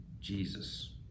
jesus